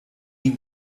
mean